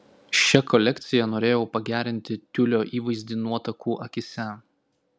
šia kolekcija norėjau pagerinti tiulio įvaizdį nuotakų akyse